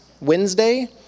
Wednesday